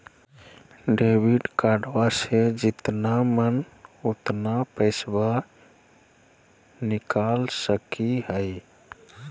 Debit कार्डबा से जितना मन उतना पेसबा निकाल सकी हय?